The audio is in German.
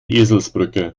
eselsbrücke